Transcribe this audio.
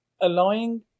allowing